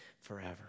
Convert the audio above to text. forever